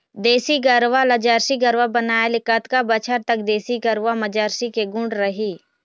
देसी गरवा ला जरसी गरवा बनाए ले कतका बछर तक देसी गरवा मा जरसी के गुण रही?